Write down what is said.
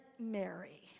Mary